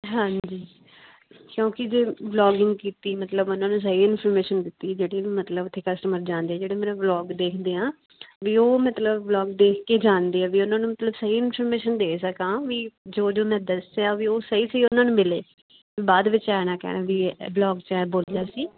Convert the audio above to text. ਹਾਂਜੀ ਕਿਉਂਕਿ ਜੇ ਵਲੋਗਿੰਗ ਕੀਤੀ ਮਤਲਬ ਉਹਨਾਂ ਨੂੰ ਸਹੀ ਇੰਫੋਰਮੇਸ਼ਨ ਦਿੱਤੀ ਜਿਹੜੀ ਵੀ ਮਤਲਬ ਉੱਥੇ ਕਸਟਮਰ ਜਾਣਦੇ ਜਿਹੜੇ ਮੇਰਾ ਵਲੋਗ ਦੇਖਦੇ ਆਂ ਵੀ ਉਹ ਮਤਲਬ ਵਲੋਗ ਦੇਖਕੇ ਜਾਣਦੇ ਆ ਵੀ ਉਹਨਾਂ ਨੂੰ ਮਤਲਬ ਸਹੀ ਇੰਫੋਰਮੇਸ਼ਨ ਦੇ ਸਕਾਂ ਵੀ ਜੋ ਜੋ ਮੈਂ ਦੱਸਿਆ ਵੀ ਉਹ ਸਹੀ ਸਹੀ ਉਹਨਾਂ ਨੂੰ ਮਿਲੇ ਬਾਅਦ ਵਿੱਚ ਐਏ ਨਾ ਕਹਿਣ ਵੀ ਵਲੋਗ 'ਚ ਐਂਏ ਬੋਲਿਆ ਸੀ